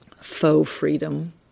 faux-freedom